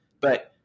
but-